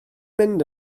mynd